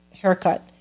haircut